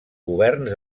governs